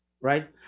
right